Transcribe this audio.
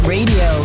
Radio